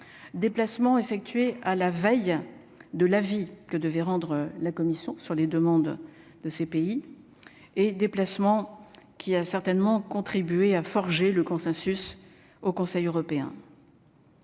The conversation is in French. déplacements effectués à la veille de la vie que devait rendre la commission sur les demandes de ces pays et déplacements qui a certainement contribué à forger le consensus au Conseil européen.